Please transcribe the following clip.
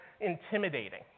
intimidating